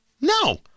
No